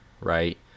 right